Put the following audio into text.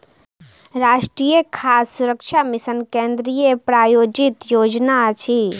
राष्ट्रीय खाद्य सुरक्षा मिशन केंद्रीय प्रायोजित योजना अछि